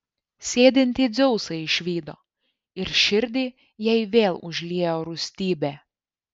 sėdintį dzeusą išvydo ir širdį jai vėl užliejo rūstybė